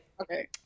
Okay